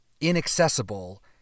inaccessible